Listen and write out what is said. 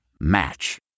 Match